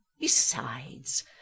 Besides